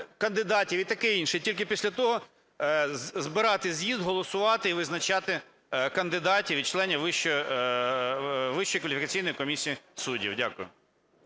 кандидатів і таке інше, тільки після того збирати з'їзд, голосувати і визначати кандидатів, і членів Вищої кваліфікаційної комісії суддів. Дякую.